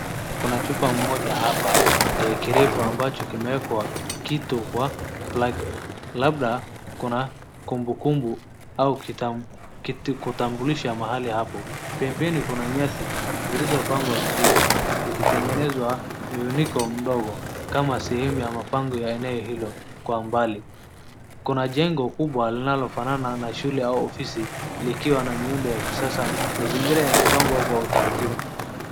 Kuna chuma mmoja hapa, kirefu, ambacho kimewekwa kitu wa black labda, kuna kumbumbu, au kitu kutambulisha mahali hapo. Pembeni kuna nyasi, zilizopangwa vizuri, ikitengenezwa muinuko mdogo kama sehemu ya mapango ya eneo hilo kwa umbali. Kuna jengo kubwa linalofanana na shule ya ofisi, ikiwa na muundo wa kisasa, mazingira imepangwa kwa utaratibu.